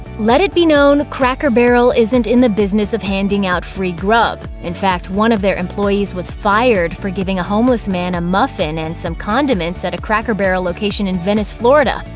let it be known cracker barrel isn't in the business of handing out free grub. in fact, one of their employees was fired for giving a homeless man a muffin and some condiments at a cracker barrel location in venice, florida.